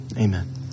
Amen